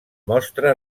mostra